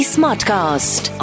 Smartcast